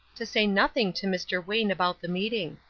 to say nothing to mr. wayne about the meeting.